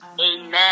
Amen